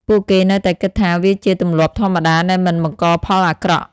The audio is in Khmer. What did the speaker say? ពួកគេនៅតែគិតថាវាជាទម្លាប់ធម្មតាដែលមិនបង្កផលអាក្រក់។